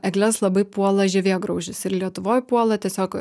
egles labai puola žievėgraužis ir lietuvoj puola tiesiog